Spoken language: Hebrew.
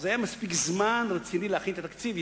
אז היה מספיק זמן להכין את התקציב ברצינות.